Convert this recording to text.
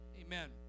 Amen